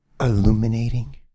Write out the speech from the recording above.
illuminating